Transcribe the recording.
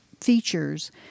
features